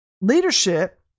leadership